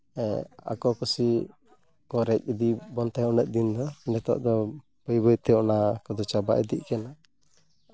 ᱦᱮᱸ ᱟᱠᱚ ᱠᱩᱥᱤ ᱠᱚ ᱨᱮᱡ ᱤᱫᱤᱭᱮᱫ ᱵᱚᱱ ᱛᱟᱦᱮᱱ ᱩᱱᱟᱹᱜ ᱫᱤᱱ ᱫᱚ ᱱᱤᱛᱚᱜ ᱫᱚ ᱵᱟᱹᱭ ᱵᱟᱹᱭᱛᱮ ᱚᱱᱟ ᱠᱚᱫᱚ ᱪᱟᱵᱟ ᱤᱫᱤᱜ ᱠᱟᱱᱟ